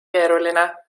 keeruline